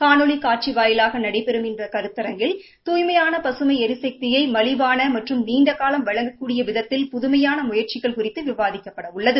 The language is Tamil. காணொலி காட்சி வாயிலாக நடைபெறும் இந்த கருத்தரங்கில் தூய்மையான பசும் எரிசக்தியை மலிவாள மற்றும் நீண்டகாலம் வழங்கக்கூடிய விதத்தில் புதுமையான முயற்சிகள் குறித்து விவாதிக்கப்படவுள்ளது